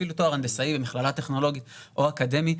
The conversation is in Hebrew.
ואפילו תואר הנדסאי או מכללה טכנולוגית או אקדמי,